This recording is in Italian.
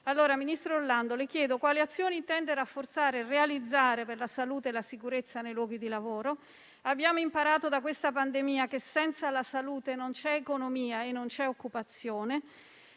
Paese. Ministro Orlando, le chiedo quali azioni intende realizzare per rafforzare la salute e la sicurezza nei luoghi di lavoro. Abbiamo imparato da questa pandemia che senza la salute non c'è economia e non c'è occupazione.